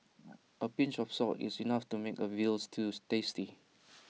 A pinch of salt is enough to make A Veal Stew tasty